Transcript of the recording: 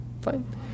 fine